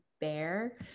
bear